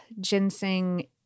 ginseng